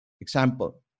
Example